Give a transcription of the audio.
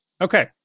Okay